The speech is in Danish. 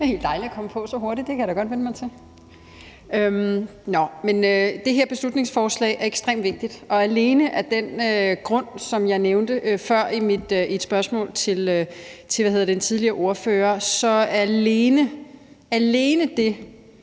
Det er helt dejligt at komme på så hurtigt. Det kan jeg da godt vænne mig til. Det her beslutningsforslag er ekstremt vigtigt, og alene af den grund, som jeg nævnte før i mit spørgsmål til en tidligere ordfører, nemlig at